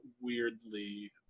weirdly